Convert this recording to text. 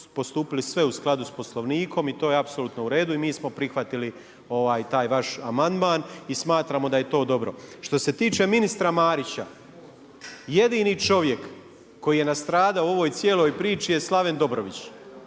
postupili sve u skladu sa Poslovnikom i to je apsolutno u redu i mi smo prihvatili taj vaš amandman i smatramo da je to dobro. Što se tiče ministra Marića jedini čovjek koji je nastradao u ovoj cijeloj priči je Slaven Dobrović.